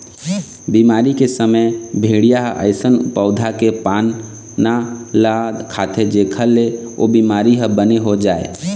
बिमारी के समे भेड़िया ह अइसन पउधा के पाना ल खाथे जेखर ले ओ बिमारी ह बने हो जाए